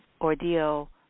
ordeal